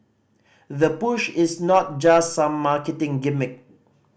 the push is not just some marketing gimmick